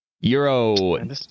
Euro